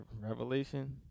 Revelation